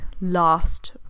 last